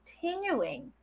continuing